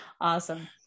Awesome